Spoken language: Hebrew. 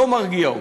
לא מרגיע אותי.